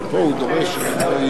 מופיע טעמים